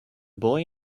boy